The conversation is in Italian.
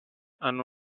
hanno